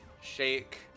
shake